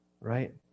Right